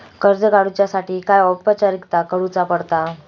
कर्ज काडुच्यासाठी काय औपचारिकता करुचा पडता?